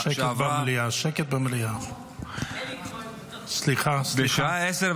סליחה, שקט במליאה, שקט במליאה, סליחה, סליחה.